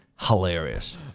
Hilarious